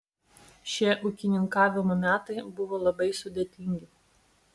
šie ūkininkavimo metai buvo labai sudėtingi